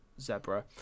Zebra